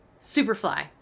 Superfly